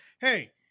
Hey